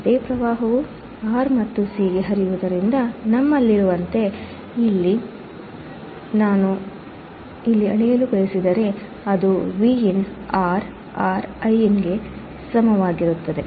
ಅದೇ ಪ್ರವಾಹವು R ಮತ್ತು C ಗೆ ಹರಿಯುವುದರಿಂದ ನಮ್ಮಲ್ಲಿರುವಂತೆ ಇಲ್ಲಿ ನಾನು ಇಲ್ಲಿ ಅಳೆಯಲು ಬಯಸಿದರೆ ಅದು Vin R R Iin ಗೆ ಸಮನಾಗಿರುತ್ತದೆ